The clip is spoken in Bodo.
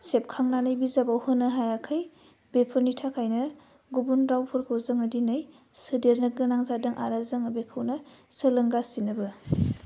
सेबखांनानै बिजाबाव होनो हायाखै बेफोरनि थाखायनो गुबुन रावफोरखौ जोङो दिनै सोदेरनो गोनां जादों आरो जोङो बेखौनो सोलोंगासिनोबो